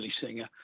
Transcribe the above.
singer